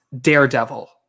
Daredevil